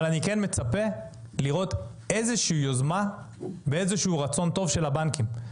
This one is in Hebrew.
אבל אני כן מצפה לראות איזושהי יוזמה ואיזשהו רצון טוב של הבנקים.